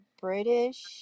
british